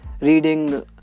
Reading